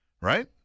Right